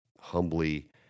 humbly